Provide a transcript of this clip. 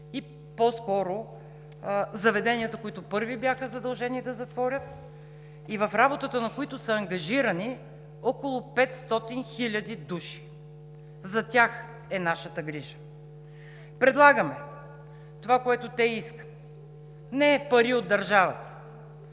и по-скоро заведенията, които първи бяха задължени да затворят и в работата на които са ангажирани около 500 хиляди души. За тях е нашата грижа. Предлагаме това, което те искат – не пари от държавата,